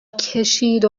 کشید